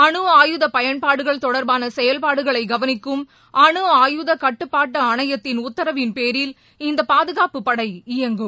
அணு ஆயுத பயன்பாடுகள் தொடர்பான செயல்பாடுகளை கவனிக்கும் அணு ஆயுத கட்டுப்பாட்டு ஆணையத்தின் உத்தரவின் பேரில் இந்த பாதுகாப்புப் படை இயங்கும்